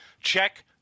check